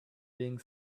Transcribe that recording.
being